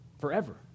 forever